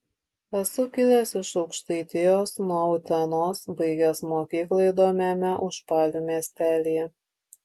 esu kilęs iš aukštaitijos nuo utenos baigęs mokyklą įdomiame užpalių miestelyje